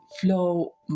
flow